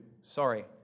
Sorry